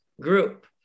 group